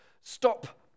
stop